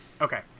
Okay